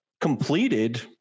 completed